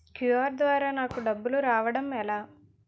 QR ద్వారా నాకు డబ్బులు రావడం ఎలా?